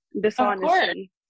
dishonesty